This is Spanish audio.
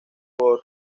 por